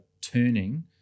turning